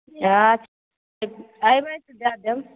एबै तऽ दए देब